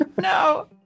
no